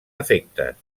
efectes